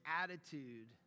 attitude